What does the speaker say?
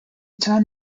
town